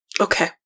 Okay